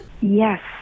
Yes